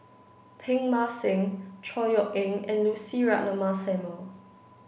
Teng Mah Seng Chor Yeok Eng and Lucy Ratnammah Samuel